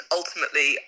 ultimately